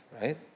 right